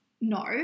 no